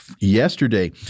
yesterday